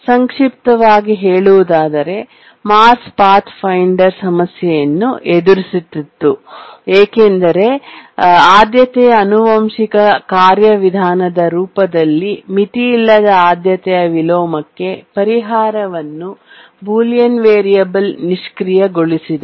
ಸಂಕ್ಷಿಪ್ತವಾಗಿ ಹೇಳುವುದಾದರೆ Mars Pathfinder ಸಮಸ್ಯೆಯನ್ನು ಎದುರಿಸುತ್ತಿತ್ತು ಏಕೆಂದರೆ ಆದ್ಯತೆಯ ಆನುವಂಶಿಕ ಕಾರ್ಯವಿಧಾನದ ರೂಪದಲ್ಲಿ ಮಿತಿಯಿಲ್ಲದ ಆದ್ಯತೆಯ ವಿಲೋಮಕ್ಕೆ ಪರಿಹಾರವನ್ನು ಬೂಲಿಯನ್ ವೇರಿಯೇಬಲ್ ನಿಷ್ಕ್ರಿಯಗೊಳಿಸಿದೆ